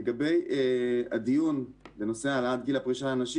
לגבי הדיון בנושא העלאת גיל הפרישה לנשים